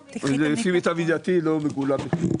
למיטב ידיעתי זה לא מגולם.